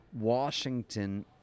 Washington –